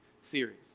series